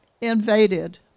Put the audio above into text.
invaded